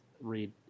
read